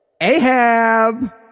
Ahab